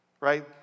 right